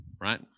right